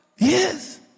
Yes